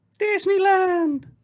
Disneyland